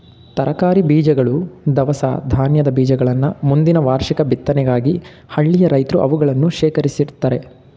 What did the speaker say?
ತರಕಾರಿ ಬೀಜಗಳು, ದವಸ ಧಾನ್ಯದ ಬೀಜಗಳನ್ನ ಮುಂದಿನ ವಾರ್ಷಿಕ ಬಿತ್ತನೆಗಾಗಿ ಹಳ್ಳಿಯ ರೈತ್ರು ಅವುಗಳನ್ನು ಶೇಖರಿಸಿಡ್ತರೆ